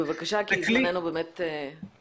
בבקשה כי זמננו מוגבל.